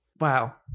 Wow